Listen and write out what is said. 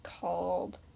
called